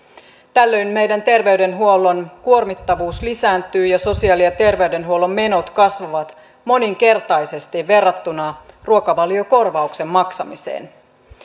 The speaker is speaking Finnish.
tällöin meidän terveydenhuollon kuormittavuus lisääntyy ja sosiaali ja terveydenhuollon menot kasvavat moninkertaisesti verrattuna ruokavaliokorvauksen maksamiseen